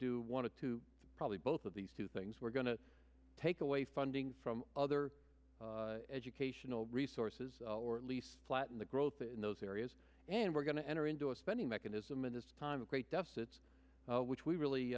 want to probably both of these two things we're going to take away funding from other educational resources or at least flatten the growth in those areas and we're going to enter into a spending mechanism in this time of great deficits which we really